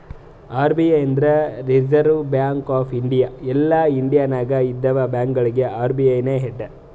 RBI ಅಂದುರ್ reserve bank of India ಎಲ್ಲಾ India ನಾಗ್ ಇದ್ದಿವ ಬ್ಯಾಂಕ್ಗೊಳಿಗ ಅರ್.ಬಿ.ಐ ನೇ ಹೆಡ್